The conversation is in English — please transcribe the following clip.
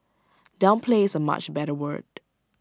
downplay is A much better word